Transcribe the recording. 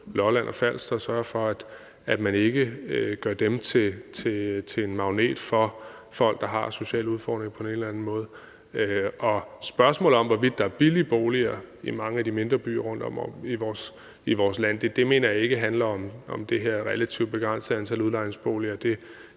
Lolland og Falster, og sørge for, at man ikke gør dem til en magnet for folk, der har sociale udfordringer på den eller den anden måde. Kl. 14:18 Spørgsmålet om, hvorvidt der er billige boliger i mange af de mindre byer rundtom i vores land, mener jeg ikke handler om det her relativt begrænsede antal udlejningsboliger.